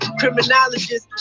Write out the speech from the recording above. criminologist